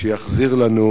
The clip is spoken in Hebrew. שיחזיר לנו